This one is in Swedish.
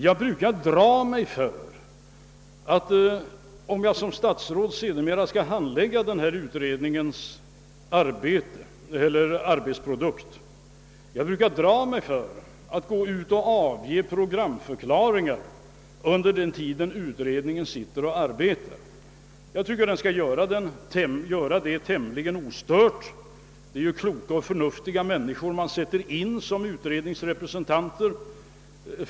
Jag bru kar dra mig för, om jag skall som statsråd sedermera handlägga en utrednings arbetsprodukt att avge en programförklaring under den tid en utredning arbetar. Jag tycker att kapitalskatteberedningen skall kunna arbeta tämligen ostört. Det är kloka och förnuftiga människor som partierna sätter in som sina representanter.